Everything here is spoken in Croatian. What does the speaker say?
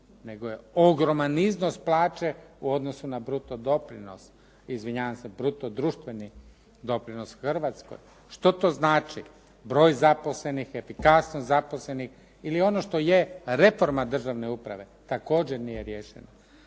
nego je ogroman iznos plaće u odnosu na bruto doprinos, izvinjavam se bruto društveni doprinos Hrvatskoj. Što to znači? Broj zaposlenih, efikasnost zaposlenih ili ono što je reforma državne uprave također nije riješeno.